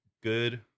good